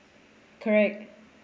correct